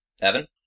Evan